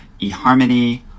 eHarmony